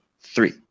three